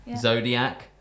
zodiac